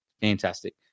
fantastic